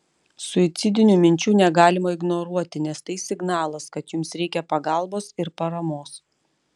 suicidinių minčių negalima ignoruoti nes tai signalas kad jums reikia pagalbos ir paramos